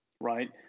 right